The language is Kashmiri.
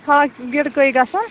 ہاکھٕ گِڈۍ کٔہے گژھان